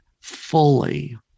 fully